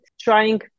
trying